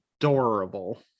adorable